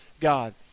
God